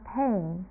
pain